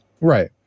Right